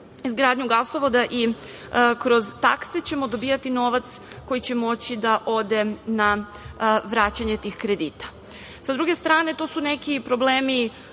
izgradnju gasovoda i kroz takse ćemo dobijati novac koji će moći da ode na vraćanje tih kredita. Sa druge strane, to su neki problemi